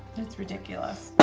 it's ridiculous,